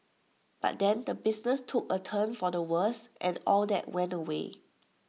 but then the business took A turn for the worse and all that went away